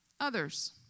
others